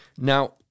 Now